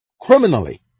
criminally